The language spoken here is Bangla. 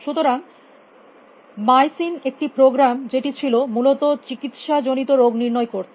সুতরাং মাইসিন একটি প্রোগ্রাম ছিল যেটি মূলত চিকিত্সা জনিত রোগ নির্ণয় করত